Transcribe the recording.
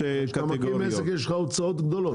כשאתה מקים עסק יש לך הוצאות גדולות.